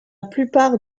plupart